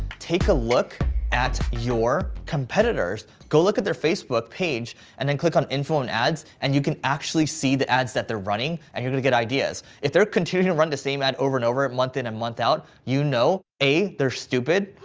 take a look at your competitors. go look at their facebook page and then click on info and ads and you can actually see the ads that they're running and you can get ideas. if they're continuing to run the same ad over and over, month in and month out, you know a, they're stupid.